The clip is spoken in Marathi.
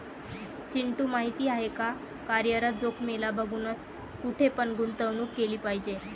चिंटू माहिती आहे का? कार्यरत जोखीमीला बघूनच, कुठे पण गुंतवणूक केली पाहिजे